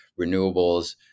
renewables